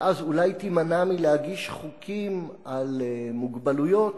ואז אולי תימנע מלהגיש חוקים על מוגבלויות,